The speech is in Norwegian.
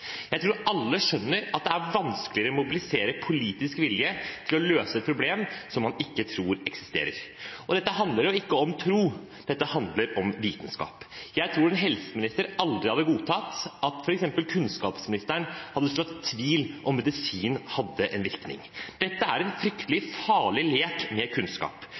Jeg tror alle skjønner at det er vanskelig å mobilisere politisk vilje til å løse et problem som man ikke tror eksisterer. Dette handler ikke om tro, dette handler om vitenskap. Jeg tror en helseminister aldri hadde godtatt at f.eks. kunnskapsministeren hadde sådd tvil om medisin hadde en virkning. Dette er en fryktelig farlig lek med kunnskap.